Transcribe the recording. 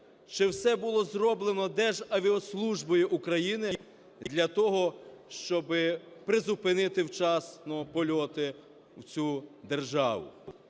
Чи все було зроблено Державіаслужбою України для того, щоби призупинити вчасно польоти в цю державу?